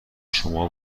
شما